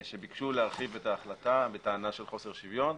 שביקשו להרחיב את ההחלטה בטענה של חוסר שוויון,